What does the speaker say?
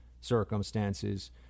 circumstances